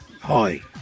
hi